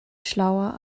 schlauer